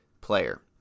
player